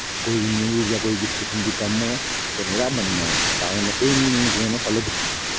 केई बी न्यूज़ जां किसै किस्म दा कम्म होऐ तो मेरा बनिया तां गै नेहियां नेहियां में चीज़ा फॉलो कीतियां